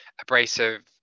abrasive